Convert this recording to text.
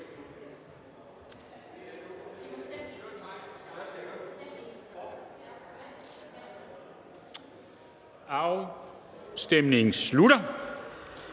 Afstemningen slutter.